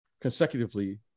consecutively